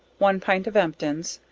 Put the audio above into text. one pint of emptins,